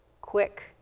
quick